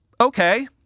okay